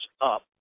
up